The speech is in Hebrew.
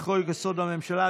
לחוק-יסוד: הממשלה,